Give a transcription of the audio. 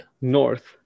north